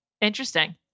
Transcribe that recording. Interesting